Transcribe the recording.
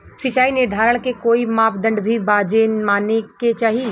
सिचाई निर्धारण के कोई मापदंड भी बा जे माने के चाही?